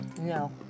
No